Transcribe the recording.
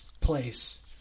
place